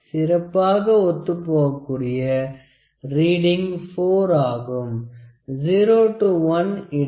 சிறப்பாக ஒத்துப் போகக்கூடிய ரீடிங் 4 ஆகும்